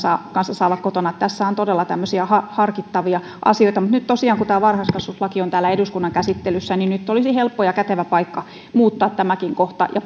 kanssa saa olla kotona tässä on todella tämmöisiä harkittavia asioita mutta nyt tosiaan kun varhaiskasvatuslaki on täällä eduskunnan käsittelyssä olisi helppo ja kätevä paikka muuttaa tämäkin kohta ja